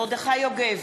מרדכי יוגב,